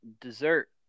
dessert